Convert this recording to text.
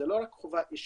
זו לא רק חובה אישית,